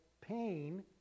pain